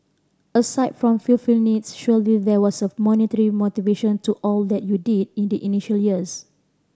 aside from fulfilling needs surely there was a monetary motivation to all that you did in the initial years